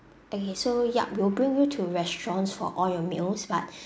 okay so yup we'll bring you to restaurants for all your meals but